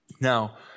Now